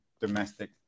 domestic